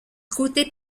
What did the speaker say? côté